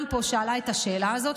גם רמ"י שאלה את השאלה הזאת.